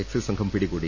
excise സംഘം പിടികൂടി